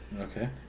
okay